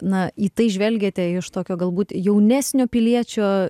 na į tai žvelgiate iš tokio galbūt jaunesnio piliečio